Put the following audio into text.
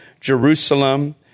Jerusalem